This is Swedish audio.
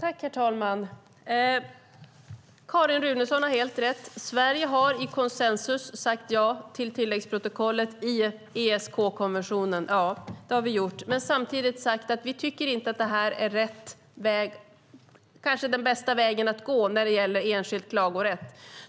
Herr talman! Carin Runeson har helt rätt. Sverige har i konsensus sagt ja till tilläggsprotokollet i ESK-konventionen. Det har vi gjort. Samtidigt har vi sagt att vi kanske inte tycker att det är den bästa vägen att gå när det gäller enskild klagorätt.